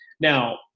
Now